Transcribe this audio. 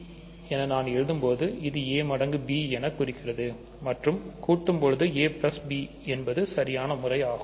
நான் ab எழுதும்போது இது a மடங்கு b என குறிக்கிறது மற்றும் கூட்டும் பொழுது a b என்பதுசரியான முறை ஆகும்